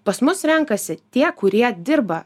pas mus renkasi tie kurie dirba